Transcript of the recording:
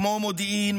כמו מודיעין,